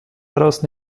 daraus